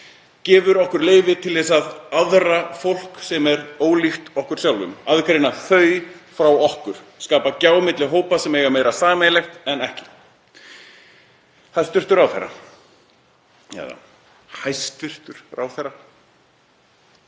gefur okkur leyfi til að „aðra“ fólk sem er ólíkt okkur sjálfum, aðgreina þau frá okkur, skapa gjá á milli hópa sem eiga meira sameiginlegt en ekki. Hæstv. ráðherra.